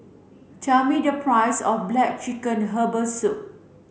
tell me the price of black chicken herbal soup